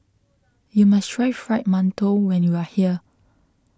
you must try Fried Mantou when you are here